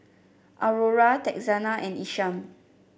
Aurora Texanna and Isham